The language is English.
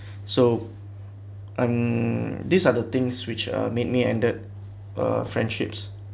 so um these are the things which are made me ended uh friendships